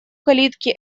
калитки